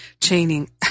chaining